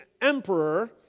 emperor